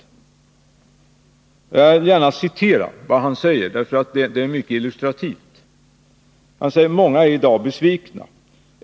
Jag vill gärna citera vad som står där, för det är mycket illustrativt. Ingemar Bäckström säger: ”Men många är idag besvikna.